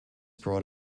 brought